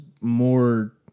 more